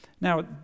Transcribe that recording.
Now